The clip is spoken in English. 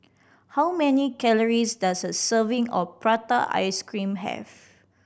how many calories does a serving of prata ice cream have